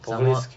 some more